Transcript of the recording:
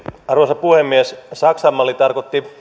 arvoisa puhemies saksan malli tarkoitti